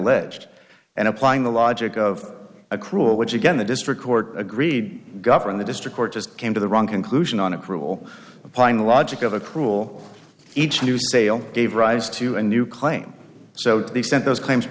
alleged and applying the logic of a cruel which again the district court agreed governed the district court just came to the wrong conclusion on a cruel applying the logic of a cruel each new sale gave rise to a new claim so they sent those claims